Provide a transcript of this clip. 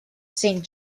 saint